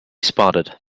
spotted